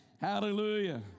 Hallelujah